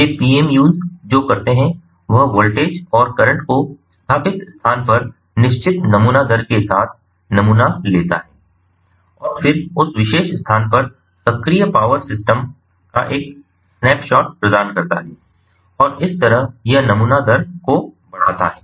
ये PMUs जो करते हैं वह वोल्टेज और करंट को स्थापित स्थान पर निश्चित नमूना दर के साथ नमूना लेता है और फिर उस विशेष स्थान पर सक्रिय पावर सिस्टम का एक स्नैपशॉट प्रदान करता है और इस तरह यह नमूना दर को बढ़ाता है